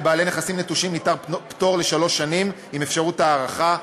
לבעלי נכסים נטושים ניתן פטור לשלוש שנים עם אפשרות הארכה,